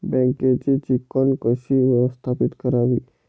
बँकेची चिकण कशी व्यवस्थापित करावी?